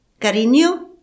cariño